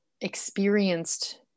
experienced